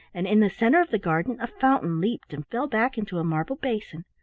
and in the centre of the garden a fountain leaped and fell back into a marble basin.